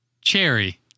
Cherry